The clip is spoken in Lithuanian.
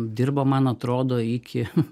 dirbo man atrodo iki